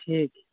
ᱴᱷᱤᱠ